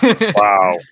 wow